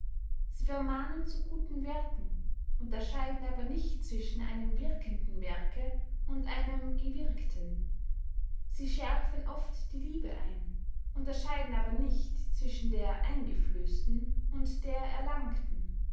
sie vermahnen zu guten werken unterscheiden aber nicht zwischen einem wirkenden werke und einem gewirkten sie schärfen oft die liebe ein unterscheiden aber nicht zwischen der eingeflößten und der erlangten